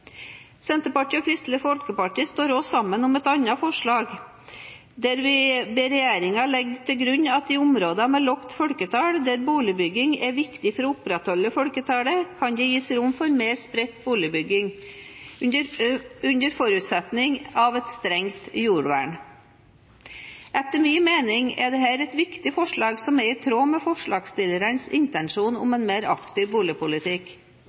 Senterpartiet og Kristelig Folkeparti står også sammen om et annet forslag: «Stortinget ber regjeringen legge til grunn at i områder med lavt folketall der boligbygging er viktig for å opprettholde folketallet, kan det gis rom for mer spredt boligbygging forutsatt et strengt jordvern.» Etter min mening er dette et viktig forslag som er i tråd med forslagsstillernes intensjoner om en mer aktiv boligpolitikk.